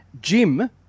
Jim